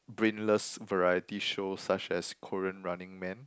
brainless variety show such as Korean Running Man